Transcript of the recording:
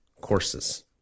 courses